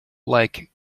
like